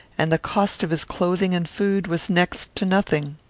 and the cost of his clothing and food was next to nothing.